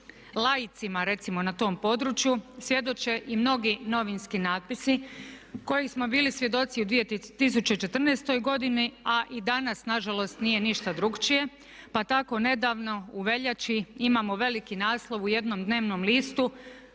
laicima recimo na tom području svjedoče i mnogi novinski natpisi kojih smo bili svjedoci u 2014. godini a i danas nažalost nije ništa drukčije. Pa tako nedavno u veljači imamo veliki naslov u jednom dnevnom listu